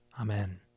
Amen